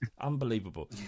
Unbelievable